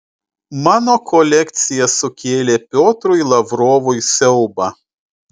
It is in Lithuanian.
mano kolekcija sukėlė piotrui lavrovui siaubą